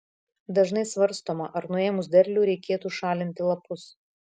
dažnai svarstoma ar nuėmus derlių reikėtų šalinti lapus